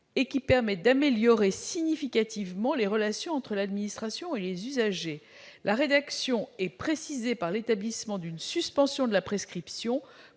qui permette d'améliorer significativement les relations entre l'administration et les usagers. La rédaction est précisée par l'établissement d'une suspension de la prescription